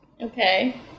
Okay